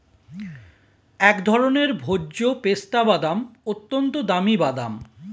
এক ধরনের ভোজ্য পেস্তা বাদাম, অত্যন্ত দামি বাদাম